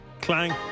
Clang